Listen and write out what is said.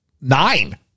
nine